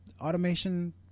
automation